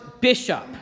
bishop